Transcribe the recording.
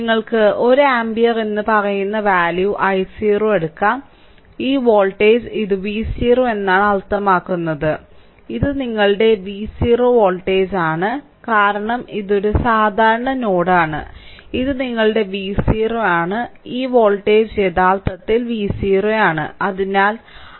നിങ്ങൾക്ക് 1 ആമ്പിയർ എന്ന് പറയുന്ന വാല്യൂ i0 എടുക്കാം ഈ വോൾട്ടേജ് ഇത് V0 എന്നാണ് അർത്ഥമാക്കുന്നത് ഇത് നിങ്ങളുടെ V0 വോൾട്ടേജാണ് കാരണം ഇത് ഒരു സാധാരണ നോഡാണ് ഇത് നിങ്ങളുടെ V0 ആണ് ഈ വോൾട്ടേജ് യഥാർത്ഥത്തിൽ V0 ആണ്